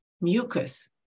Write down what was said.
mucus